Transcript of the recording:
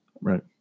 right